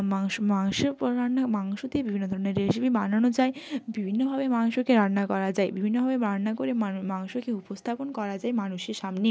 মাংস মাংসের উপর রান্না মাংস দিয়ে বিভিন্ন ধরনের রেসিপি বানানো যায় বিভিন্নভাবে মাংসকে রান্না করা যায় বিভিন্নভাবে বাটনা করে মাংসকে উপস্থাপন করা যায় মানুষের সামনে